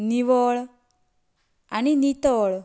निवळ आनी नितळ